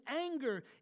anger